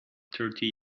thirty